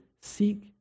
seek